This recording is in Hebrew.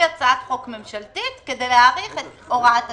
הצעת חוק ממשלתית כדי להאריך את הוראת השעה.